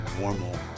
normal